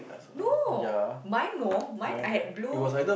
no mine no mine I had blue